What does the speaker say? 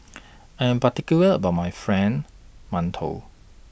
I Am particular about My Friend mantou